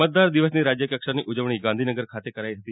મતદાર દિવસની રાજ્યકક્ષાની ઉજવણી ગાંધીનગર ખાતે કરાઇ હતી